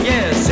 Yes